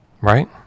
right